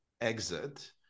exit